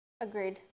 Agreed